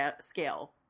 scale